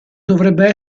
dovrebbe